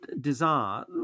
desire